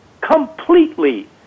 completely